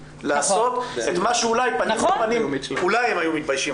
מה שאולי פנים אל פנים היו מתביישים,